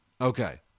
Okay